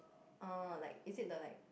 oh like is it the like